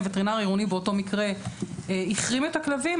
הווטרינר העירוני באותו מקרה החרים את הכלבים,